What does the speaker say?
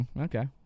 okay